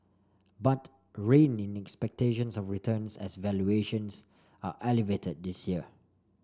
but rein in expectations of returns as valuations are elevated this year